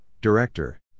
director